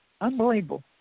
Unbelievable